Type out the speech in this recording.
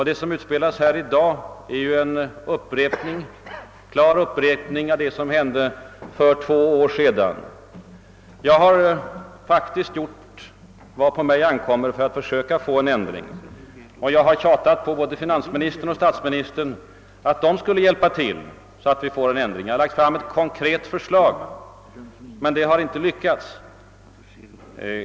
Det som utspelas i dag är en upprepning av det som hände för två år sedan. Jag har faktiskt gjort vad på mig ankommer för att försöka få en ändring till stånd. Jag har tjatat på både finansministern och statsministern för att få en omläggning. Jag har lagt fram ett konkret förslag, men det har inte lett till någonting.